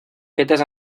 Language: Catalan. fetes